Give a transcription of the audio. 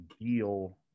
deal